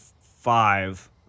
five